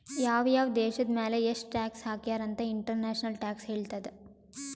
ಯಾವ್ ಯಾವ್ ದೇಶದ್ ಮ್ಯಾಲ ಎಷ್ಟ ಟ್ಯಾಕ್ಸ್ ಹಾಕ್ಯಾರ್ ಅಂತ್ ಇಂಟರ್ನ್ಯಾಷನಲ್ ಟ್ಯಾಕ್ಸ್ ಹೇಳ್ತದ್